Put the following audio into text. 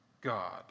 God